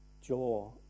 jaw